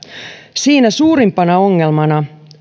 siinä suurimpana ongelmana